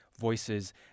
voices